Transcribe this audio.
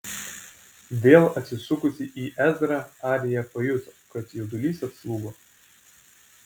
vėl atsisukusi į ezrą arija pajuto kad jaudulys atslūgo